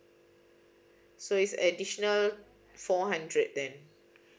so is additional four hundred then